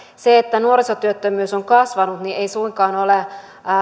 se että nuorisotyöttömyys on kasvanut ei suinkaan ole